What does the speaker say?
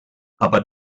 aber